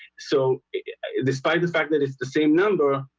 so despite the fact that it's the same number.